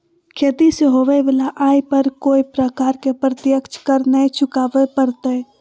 खेती से होबो वला आय पर कोय प्रकार के प्रत्यक्ष कर नय चुकावय परतय